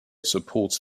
supports